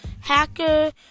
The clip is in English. hacker